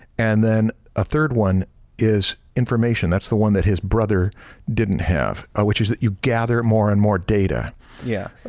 and then a third one is information, that's the one that his brother didn't have, which is that you gather more and more data. stan yeah,